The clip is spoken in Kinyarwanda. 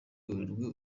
werurwe